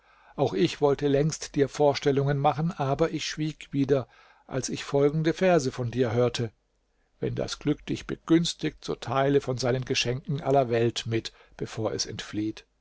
auch ich wollte längst dir vorstellungen machen aber ich schwieg wieder als ich folgende verse von dir hörte wenn das glück dich begünstigt so teile von seinen geschenken aller welt mit bevor es entflieht